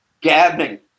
gabbing